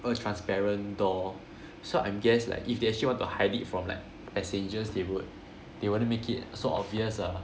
a transparent door so I'm guess like if they actually want to hide it from like passengers they would they wouldn't make it so obvious lah